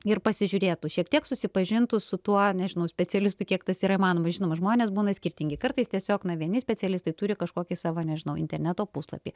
ir pasižiūrėtų šiek tiek susipažintų su tuo nežinau specialistu kiek tas yra įmanoma žinoma žmonės būna skirtingi kartais tiesiog na vieni specialistai turi kažkokį savo nežinau interneto puslapį